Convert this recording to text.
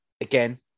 again